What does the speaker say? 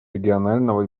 регионального